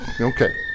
Okay